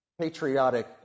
Patriotic